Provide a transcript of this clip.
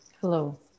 Hello